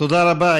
תודה רבה.